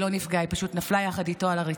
היא לא נפגעה, היא פשוט נפלה יחד איתו על הרצפה.